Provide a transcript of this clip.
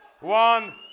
One